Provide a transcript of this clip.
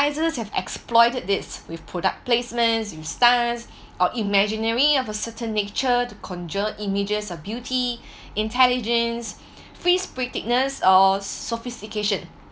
advertisements have exploited this with product placements or imaginary of a certain nature to conjure images of beauty intelligence free spiritedness or sophistication